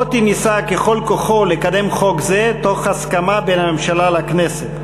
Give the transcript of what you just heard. מוטי ניסה ככל כוחו לקדם חוק זה בהסכמה בין הממשלה לכנסת,